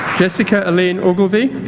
jessica elaine ogilvie